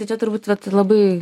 tai čia turbūt labai